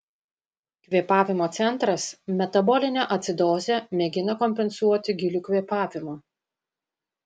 kvėpavimo centras metabolinę acidozę mėgina kompensuoti giliu kvėpavimu